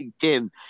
Tim